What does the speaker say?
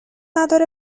نداره